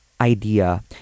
idea